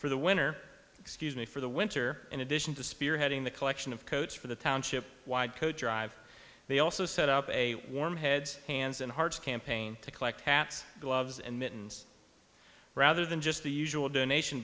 for the winner excuse me for the winter in addition to spearheading the collection of coats for the township wide co drive they also set up a warm head hands and hearts campaign to collect hats gloves and mittens rather than just the usual donation